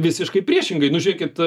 visiškai priešingai nu žiūrėkit